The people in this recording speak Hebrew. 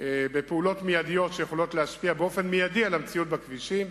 פעולות מיידיות שעשויות להשפיע באופן מיידי על המציאות בכבישים,